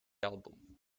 album